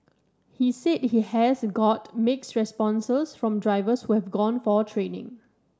he said he has got mixed responses from drivers who have gone for training